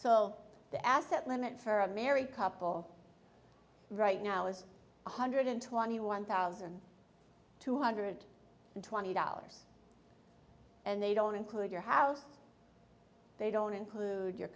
so the asset limit for a married couple right now is one hundred twenty one thousand two hundred twenty dollars and they don't include your house they don't include your